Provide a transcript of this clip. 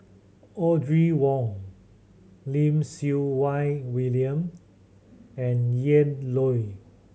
Audrey Wong Lim Siew Wai William and Ian Loy